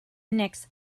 next